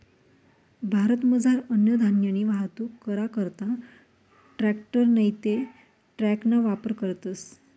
भारतमझार अन्नधान्यनी वाहतूक करा करता ट्रॅकटर नैते ट्रकना वापर करतस